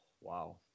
wow